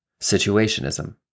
Situationism